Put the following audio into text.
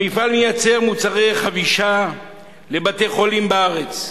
המפעל מייצר מוצרי חבישה לבתי-חולים בארץ.